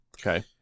Okay